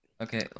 Okay